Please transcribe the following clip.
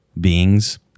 Beings